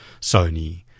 Sony